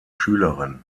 schülerin